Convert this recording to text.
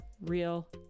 real